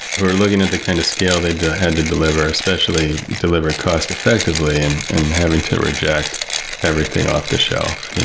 we're looking at the kind of scale they had to deliver, especially deliver cost effectively and and having to reject everything off-the-shelf.